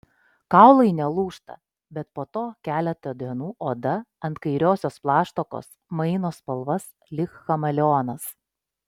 kaulai nelūžta bet po to keletą dienų oda ant kairiosios plaštakos maino spalvas lyg chameleonas